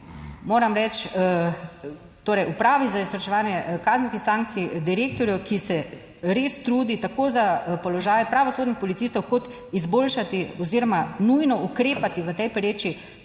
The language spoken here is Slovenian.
moram reči, torej Upravi za izvrševanje kazenskih sankcij direktorju, ki se res trudi tako za položaj pravosodnih policistov kot izboljšati oziroma nujno ukrepati v tej pereči